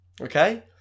okay